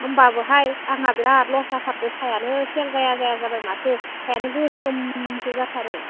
होमब्लाबोहाय आंहा बेराद लस जाथारदो साहायानो सेल जाया जाया जाबाय माथो साहायानो गोसोमसो जाथारो